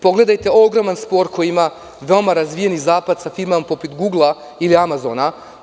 Pogledajte ogroman spor koji ima veoma razvijeni zapad sa firmama poput „Googla“ ili „Amazona“